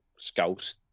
Scouts